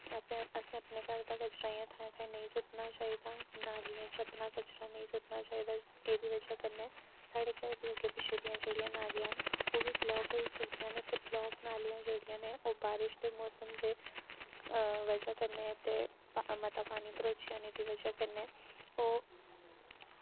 एह् आपें असें अपने घर दा कचरा इ'यां थाहें थाहें नेईं सुट्टना चाहिदा नालियें च अपना कचरा नेईं सुट्टना चाहिदा एह्दी बजह् कन्नै साढ़े घर दे अग्गें पिच्छें दियां जेह्ड़ियां नालियां न ते ओह् बी ब्लाक होई सकदियां न ते ब्लाक नालियां जेह्ड़ियां न ओह् बारिश दे मौसम दे बजह कन्नै मता पानी भरोची जाने दी बजह कन्नै ओह्